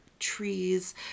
trees